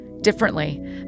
differently